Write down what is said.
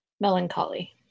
melancholy